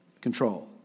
Control